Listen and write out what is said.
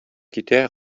китә